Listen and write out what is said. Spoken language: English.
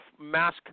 mask